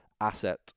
asset